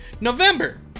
November